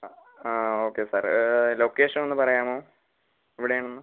ആ ആ ഓക്കെ സാറെ ലൊക്കേഷനൊന്ന് പറയാമോ എവിടെയാണെന്ന്